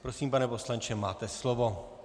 Prosím, pane poslanče, máte slovo.